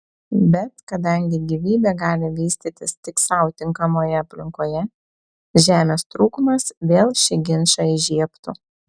bet kadangi gyvybė gali vystytis tik sau tinkamoje aplinkoje žemės trūkumas vėl šį ginčą įžiebtų